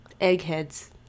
eggheads